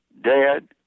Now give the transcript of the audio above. dad